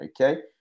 Okay